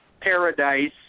paradise